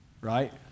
right